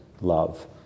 love